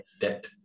debt